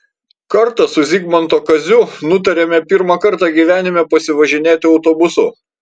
kartą su zigmanto kaziu nutarėme pirmą kartą gyvenime pasivažinėti autobusu